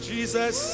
Jesus